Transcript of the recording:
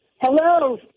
Hello